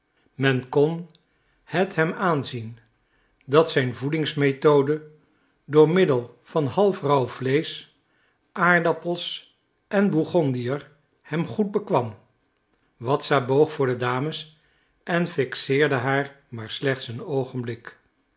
men kon het hem aanzien dat zijn voedingsmethode door middel van half rauw vleesch aardappels en bourgondiër hem goed bekwam waszka boog voor de dames en fixeerde haar maar slechts een oogenblik